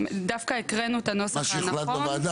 דווקא הקראנו את הנוסח הנכון --- מה שהוחלט בוועדה,